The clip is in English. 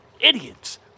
Idiots